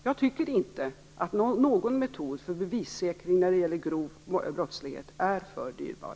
Jag tycker inte att någon metod för bevissäkring när det gäller grov brottslighet är för dyrbar.